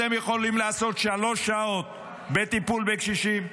אתם יכולים לעשות שלוש שעות בטיפול בקשישים?